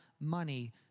money